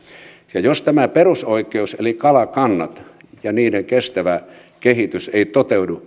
ja jos tämä perusoikeus eli kalakannat ja niiden kestävä kehitys ei toteudu